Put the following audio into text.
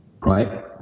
Right